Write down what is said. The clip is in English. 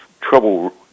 trouble